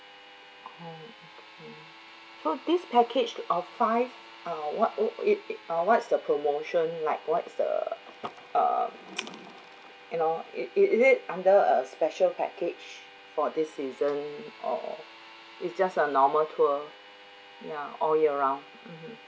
oh okay so this package of five uh what oh it uh what's the promotion like what's the um you know it it is it under a special package for this season or it's just a normal tour ya all year round mmhmm